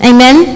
Amen